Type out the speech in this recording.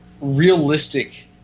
realistic